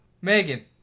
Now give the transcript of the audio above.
Megan